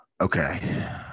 Okay